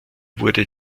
wurde